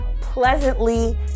pleasantly